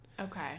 Okay